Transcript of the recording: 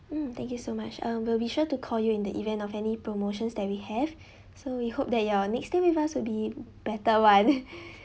mm thank you so much uh we'll be sure to call you in the event of any promotions that we have so we hope that your next stay with us will be better one